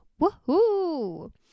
Woohoo